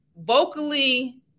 vocally